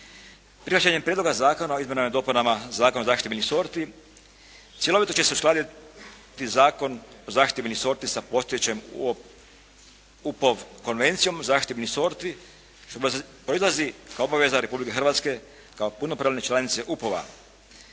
Prihvaćanjem Prijedloga zakona o izmjenama i dopunama Zakona o zaštiti biljnih sorti cjelovito će se uskladiti Zakon o zaštiti biljnih sorti sa postojećom UP-ovom Konvencijom o zaštiti biljnih sorti, proizlazi kao obaveza Republike Hrvatske kao punopravne članice UPOV-a.